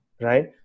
right